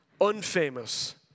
unfamous